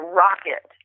rocket